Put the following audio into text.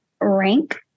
Rank